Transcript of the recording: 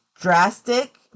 drastic